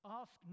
ask